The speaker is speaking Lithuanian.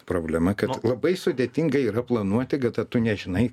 problema kad labai sudėtinga yra planuoti kada tu nežinai